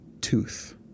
tooth